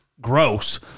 gross